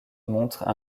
montrent